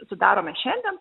sudarome šiandien